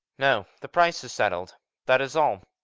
no the price is settled that is all.